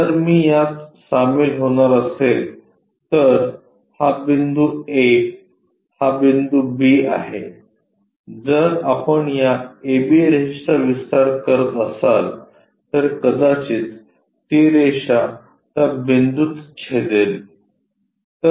जर मी यात सामील होणार असेल तर हा बिंदू A हा बिंदू B आहे जर आपण या AB रेषेचा विस्तार करत असाल तर कदाचित ती रेषा त्या बिंदूत छेदेल